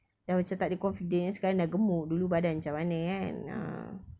dah macam tak ada confidence eh sekarang dah gemuk dulu badan macam mana kan ah